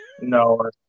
No